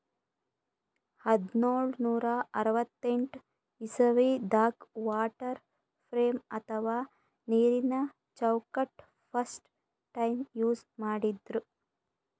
ಹದ್ದ್ನೋಳ್ ನೂರಾ ಅರವತ್ತೆಂಟ್ ಇಸವಿದಾಗ್ ವಾಟರ್ ಫ್ರೇಮ್ ಅಥವಾ ನೀರಿನ ಚೌಕಟ್ಟ್ ಫಸ್ಟ್ ಟೈಮ್ ಯೂಸ್ ಮಾಡಿದ್ರ್